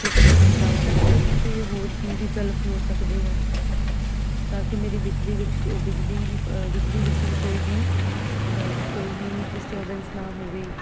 ਅਤੇ ਤੁਸੀਂ ਮੈਨੂੰ ਦੱਸ ਸਕਦੇ ਹੋ ਕਿ ਹੋਰ ਕੀ ਵਿਕਲਪ ਹੋ ਸਕਦੇ ਆ ਤਾਂ ਕਿ ਮੇਰੇ ਬਿਜਲੀ ਵਿੱਚ ਕੋਈ ਬਿਜਲੀ ਬਿਜਲੀ ਵਿੱਚ ਵੀ ਕੋਈ ਵੀ ਕੋਈ ਵੀ ਡਿਸਟਰਬੈਂਸ ਨਾ ਹੋਵੇ